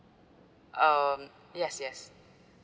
um yes yes